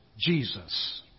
Jesus